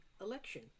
election